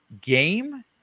game